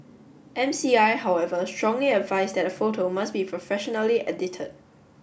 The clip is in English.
M C I however strongly advised that the photo must be professionally edited